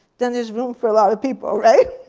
then there's room for a lot of people, right?